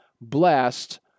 blessed